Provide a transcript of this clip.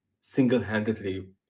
single-handedly